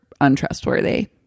untrustworthy